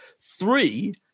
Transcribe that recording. three